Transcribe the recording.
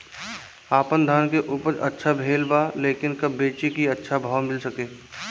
आपनधान के उपज अच्छा भेल बा लेकिन कब बेची कि अच्छा भाव मिल सके?